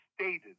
stated